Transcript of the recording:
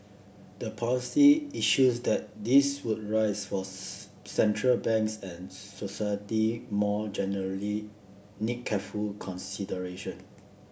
the policy issues that this would raise for central banks and society more generally need careful consideration